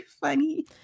funny